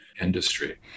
industry